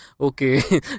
Okay